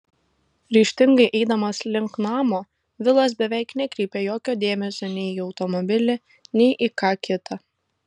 ryžtingai eidamas link namo vilas beveik nekreipia jokio dėmesio nei į automobilį nei į ką kita